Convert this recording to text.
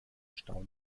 stau